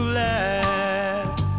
last